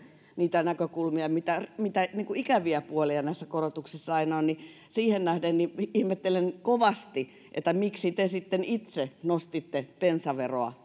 niitä näkökulmia mitä mitä ikäviä puolia näissä korotuksissa aina on mutta siihen nähden ihmettelen kovasti miksi te sitten itse nostitte bensaveroa